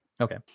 Okay